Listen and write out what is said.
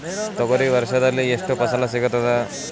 ತೊಗರಿ ವರ್ಷದಲ್ಲಿ ಎಷ್ಟು ಫಸಲ ಸಿಗತದ?